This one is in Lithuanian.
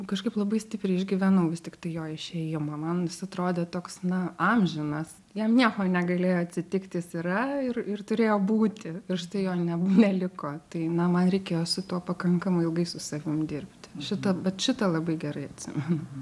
kažkaip labai stipriai išgyvenau vis tiktai jo išėjimą man jis atrodė toks na amžinas jam nieko negalėjo atsitikti jis yra ir ir turėjo būti ir štai jo ne neliko tai na man reikėjo su tuo pakankamai ilgai su savim dirbti šitą vat šitą labai gerai atsimenu